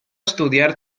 estudiar